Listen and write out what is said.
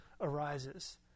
arises